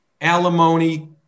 alimony